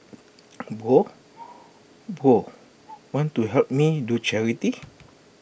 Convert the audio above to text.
Bro Bro want to help me do charity